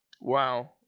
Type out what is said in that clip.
Wow